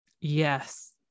Yes